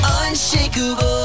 unshakable